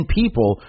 people